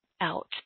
out